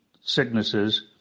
sicknesses